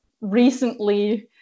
recently